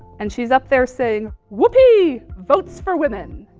and she's up there saying whoopee votes for women.